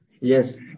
Yes